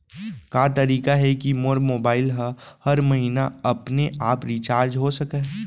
का तरीका हे कि मोर मोबाइल ह हर महीना अपने आप रिचार्ज हो सकय?